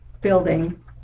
building